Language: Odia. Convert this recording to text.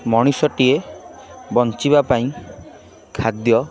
ମଣିଷଟିଏ ବଞ୍ଚିବା ପାଇଁ ଖାଦ୍ୟ